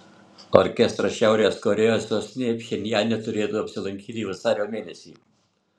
orkestras šiaurės korėjos sostinėje pchenjane turėtų apsilankyti vasario mėnesį